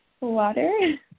Water